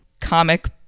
comic